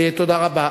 תודה רבה.